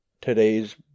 today's